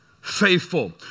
faithful